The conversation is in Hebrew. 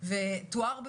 לחלופות בבית